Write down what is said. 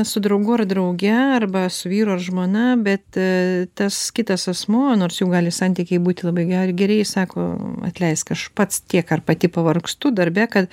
su draugu ar drauge arba su vyru ar žmona bet ee tas kitas asmuo nors jų gali santykiai būti labai gera geri jis sako atleisk aš pats tiek ar pati pavargstu darbe kad